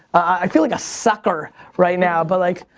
i feel like a sucker right now, but like,